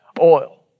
oil